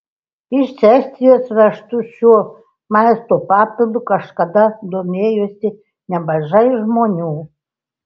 iš estijos vežtu šiuo maisto papildu kažkada domėjosi nemažai žmonių